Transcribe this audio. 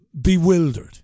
bewildered